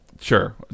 Sure